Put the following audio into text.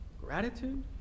Gratitude